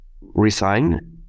resign